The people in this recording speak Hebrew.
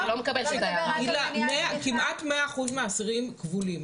הילה, כמעט 100% מהאסירים כבולים.